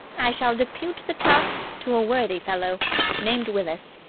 i shall depute the task to a worthy fellow named willis,